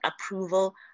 approval